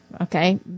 okay